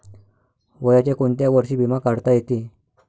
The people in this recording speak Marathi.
वयाच्या कोंत्या वर्षी बिमा काढता येते?